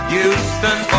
Houston